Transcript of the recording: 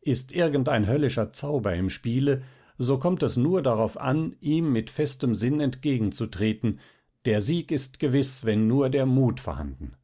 ist irgendein höllischer zauber im spiele so kommt es nur darauf an ihm mit festem sinn entgegen zu treten der sieg ist gewiß wenn nur der mut vorhanden